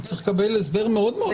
הוא צריך לקבל הסבר מאוד מאוד ברור.